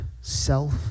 self